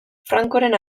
francoren